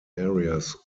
areas